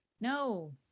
no